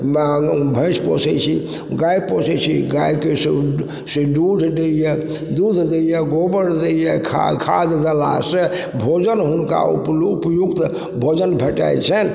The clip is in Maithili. भैँस पोसय छी गाय पोसय छी गायके से से दूध दैय दूध दैय गोबर दैय खाद खाद देलासँ भोजन हुनका उपलुप उपयुक्त भोजन भेटय छन्हि